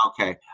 Okay